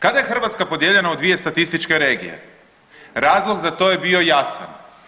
Kada je Hrvatska podijeljena u dvije statističke regije razlog za to je bio jasan.